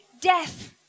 death